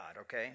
okay